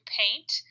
paint